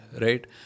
right